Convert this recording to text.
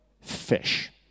Fish